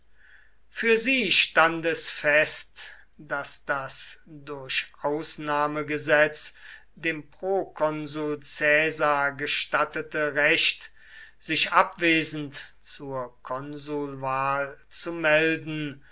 für sie stand es fest daß das durch ausnahmegesetz dem prokonsul caesar gestattete recht sich abwesend zur konsulwahl zu melden